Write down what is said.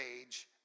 age